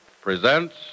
presents